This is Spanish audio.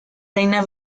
reina